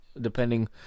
depending